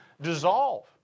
dissolve